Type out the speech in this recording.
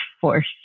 force